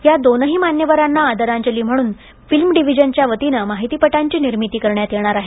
या दोनही मान्यवरांना आदरांजली म्हणून फिल्म डिव्हीजनच्या वतीनं माहितीपटांची निर्मिती करण्यात येणार आहे